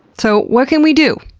so, what can we do?